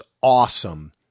awesome